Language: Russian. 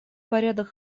порядок